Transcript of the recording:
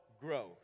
growth